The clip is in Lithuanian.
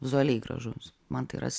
vizualiai gražu man tai yra